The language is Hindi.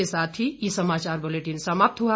इसी के साथ ये समाचार बुलेटिन समाप्त हुआ